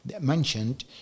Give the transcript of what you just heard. mentioned